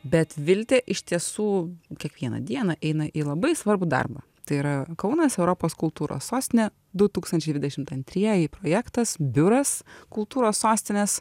bet viltė iš tiesų kiekvieną dieną eina į labai svarbų darbą tai yra kaunas europos kultūros sostinė du tūkstančiai dvidešimt antrieji projektas biuras kultūros sostinės